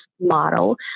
model